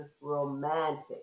romantic